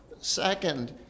Second